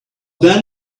then